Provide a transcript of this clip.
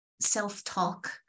self-talk